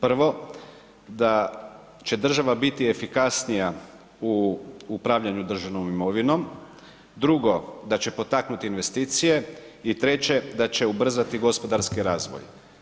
Prvo, da će država biti efikasnija u upravljanju državnom imovinom, drugo da će potaknut investicije i treće da će ubrzati gospodarski razvoj.